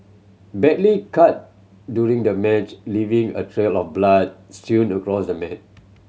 badly cut during the match leaving a trail of blood strewn across the mat